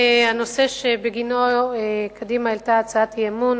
הנושא שבגינו קדימה העלתה הצעת אי-אמון,